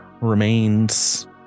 remains